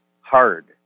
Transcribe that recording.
hard